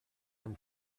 from